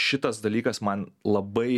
šitas dalykas man labai